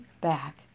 back